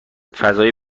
فضای